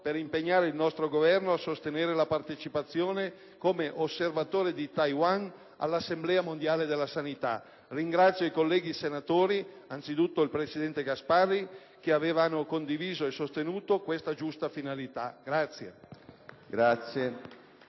per impegnare il nostro Governo a sostenere la partecipazione come osservatore di Taiwan all'Assemblea mondiale della sanità. Ringrazio i colleghi senatori, anzitutto il presidente Gasparri, che avevano condiviso e sostenuto questa giusta finalità.